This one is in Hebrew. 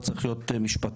לא צריך להיות משפטן,